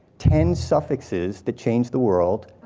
ten suffixes that changed the world.